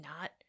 not-